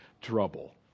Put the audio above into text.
trouble